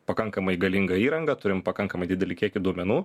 pakankamai galingą įrangą turim pakankamai didelį kiekį duomenų